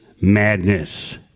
madness